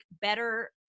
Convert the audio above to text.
better